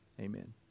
Amen